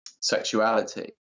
sexuality